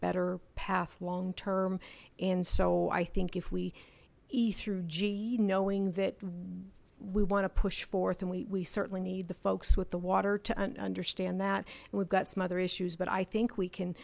better path long term and so i think if we he through g knowing that we want to push forth and we certainly need the folks with the water to understand that we've got some other issues but i think we can